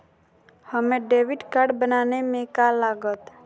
हमें debit card बनाने में का लागत?